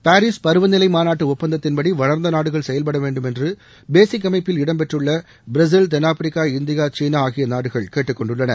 Paris பருவநிலை மாநாட்டு ஒப்பந்தத்தின்படி வளர்ந்த நாடுகள் செயல்டட வேண்டும் என்று பேசிக் அமைப்பில் இடம்பெற்றள்ள பிரேசில் தென்னாப்பிரிக்கா இந்தியா சீனா கேட்டுக்கொண்டுள்ளன